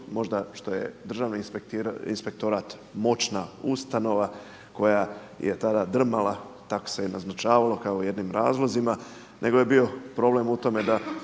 možda što je državni inspektorat moćna ustanova koja je tako se i naznačavalo kao jednim razlozima nego je bio problem u tome da